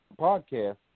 podcast